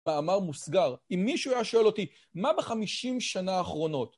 מאמר מוסגר, אם מישהו היה שואל אותי, מה בחמישים שנה האחרונות?